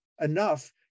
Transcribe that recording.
enough